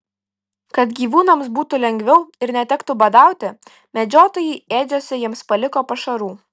kad gyvūnams būtų lengviau ir netektų badauti medžiotojai ėdžiose jiems paliko pašarų